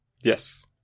Yes